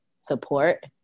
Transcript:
support